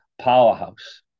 powerhouse